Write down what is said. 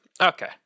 Okay